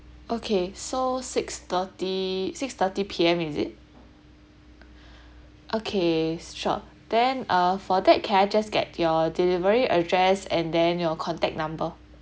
okay so six thirty six thirty P_M is it okay sure then uh for that can I just get your delivery address and then your contact number